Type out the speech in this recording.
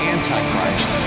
Antichrist